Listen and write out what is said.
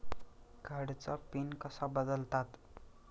कार्डचा पिन कसा बदलतात?